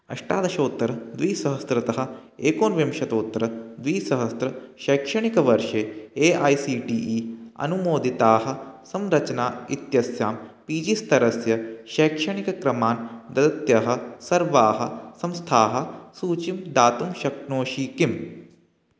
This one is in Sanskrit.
अष्टादशोत्तरद्विसहस्रतः एकोनविंशत्युत्तरद्विसहस्रे शैक्षणिकवर्षे A I C T E अनुमोदिताः संरचना इत्यस्यां पी जी स्तरस्य शैक्षणिकक्रमान् ददत्यः सर्वासां संस्थानां सूचीं दातुं शक्नोषि किम्